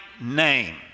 name